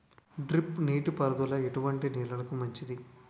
Drip నీటి పారుదల ఎటువంటి నెలలకు మంచిది?